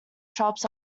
shops